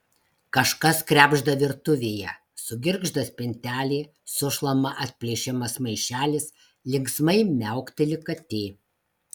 kažkas krebžda virtuvėje sugirgžda spintelė sušlama atplėšiamas maišelis linksmai miaukteli katė